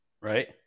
Right